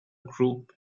group